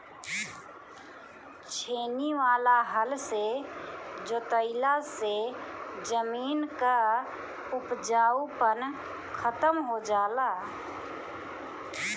छेनी वाला हल से जोतवईले से जमीन कअ उपजाऊपन खतम हो जाला